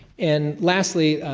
and lastly,